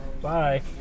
Bye